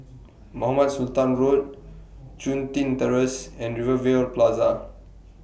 Mohamed Sultan Road Chun Tin Terrace and Rivervale Plaza